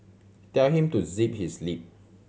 tell him to zip his lip